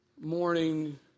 morning